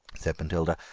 said matilda.